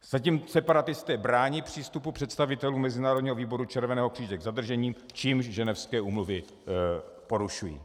Zatím separatisté brání přístupu představitelů Mezinárodního výboru Červeného kříže k zadržení, čímž Ženevské úmluvy porušují.